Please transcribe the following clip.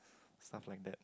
stuff like that